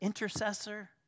Intercessor